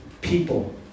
people